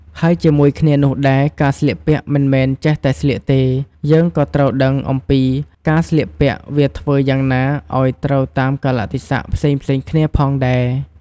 ហើយជាមួយគ្នានោះដែរ ការស្លៀកពាក់មិនមែនចេះតែស្លៀកទេ យើងក៏ត្រូវដឹងអំពីការស្លៀកពាក់វាធ្វើយ៉ាងណាឲ្យត្រូវតាមកាលៈទេសៈផ្សេងៗគ្នាផងដែរ។